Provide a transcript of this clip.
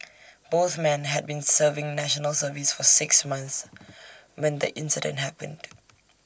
both men had been serving National Service for six months when the incident happened